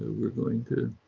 we're going to